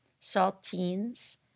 saltines